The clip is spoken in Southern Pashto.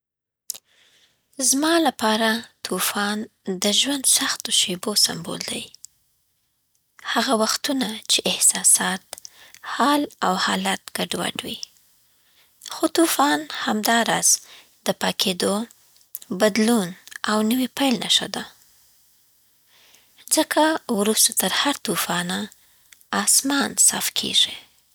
زما لپاره طوفان د ژوند سختو شیبو سمبول دی، هغه وختونه چې احساسات، حال او حالت ګډوډ وي. خو طوفان همداراز د پاکېدو، بدلون او نوي پیل نښه ده، ځکه وروسته تر هر طوفانه اسمان صفا کېږي.